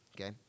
okay